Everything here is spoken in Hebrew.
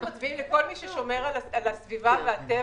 אנחנו מצביעים לכל מי ששומר על הסביבה והטבע.